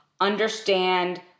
understand